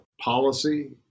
policy